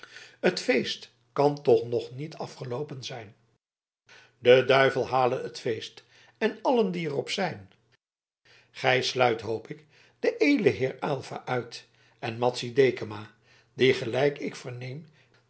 het feest kan toch nog niet afgeloopen zijn de duivel hale het feest en allen die er op zijn gij sluit hoop ik den edelen aylva uit en madzy dekama die gelijk ik verneem